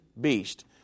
beast